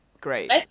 great